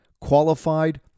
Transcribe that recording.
qualified